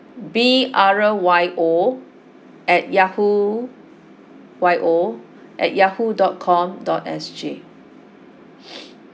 B R Y O at yahoo Y O at yahoo dot com dot SG